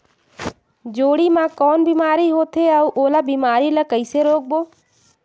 जोणी मा कौन बीमारी होथे अउ ओला बीमारी ला कइसे रोकबो?